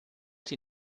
die